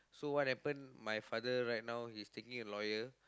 so what happen my father right now he is taking a lawyer